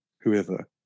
whoever